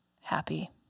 happy